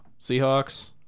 Seahawks